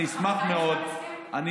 אני אשמח מאוד, נחתם איתם הסכם?